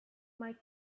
might